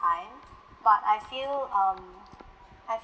time but I feel um I